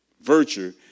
virtue